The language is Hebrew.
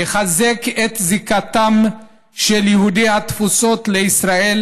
יחזק את זיקתם של יהודי התפוצות לישראל